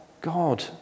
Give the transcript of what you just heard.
God